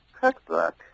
cookbook